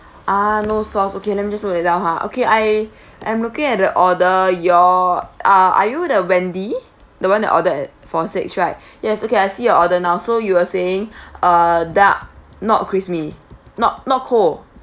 ah no sauce okay let me just note that down ha okay I am looking at the order your uh are you the wendy the one that order at for six right yes okay I see your order now so you were saying uh duck not crispy not not cold